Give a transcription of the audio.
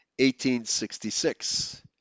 1866